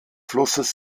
flusses